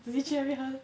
maybe